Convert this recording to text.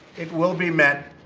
it will be met,